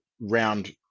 round